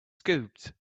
scooped